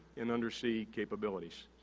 and undersea capabilities.